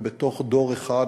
ובתוך דור אחד,